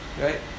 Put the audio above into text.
right